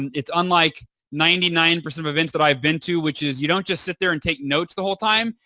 it's unlike ninety nine percent of events that i've been to which is you don't just sit there and take notes the whole time.